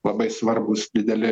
labai svarbūs dideli